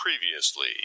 previously